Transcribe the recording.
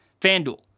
FanDuel